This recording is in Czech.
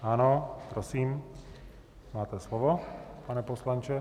Ano, prosím máte slovo, pane poslanče.